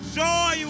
joy